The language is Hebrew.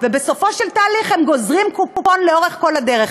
ובסופו של תהליך הם גוזרים קופון לאורך כל הדרך.